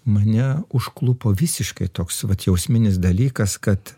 mane užklupo visiškai toks vat jausminis dalykas kad